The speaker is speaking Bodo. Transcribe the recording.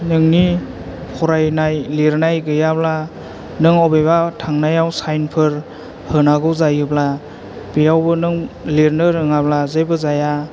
नोंनि फरायनाय लिरनाय गैयाब्ला नों बबेबा थांनायाव साइनफोर होनांगौ जायोब्ला बेयावबो नों लिरनो रोङाब्ला जेबो जाया